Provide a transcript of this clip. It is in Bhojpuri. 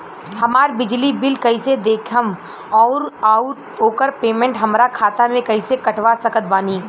हमार बिजली बिल कईसे देखेमऔर आउर ओकर पेमेंट हमरा खाता से कईसे कटवा सकत बानी?